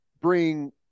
bring